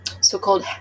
so-called